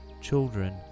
children